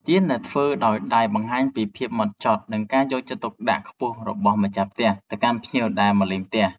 ទៀនដែលធ្វើដោយដៃបង្ហាញពីភាពម៉ត់ចត់ និងការយកចិត្តទុកដាក់ខ្ពស់របស់ម្ចាស់ផ្ទះទៅកាន់ភ្ញៀវដែលមកលេងផ្ទះ។